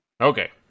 Okay